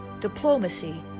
diplomacy